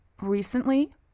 recently